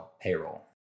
payroll